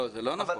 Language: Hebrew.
לאא, זה לא נכון.